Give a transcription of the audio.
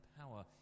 power